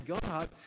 God